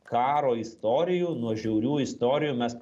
karo istorijų nuo žiaurių istorijų mes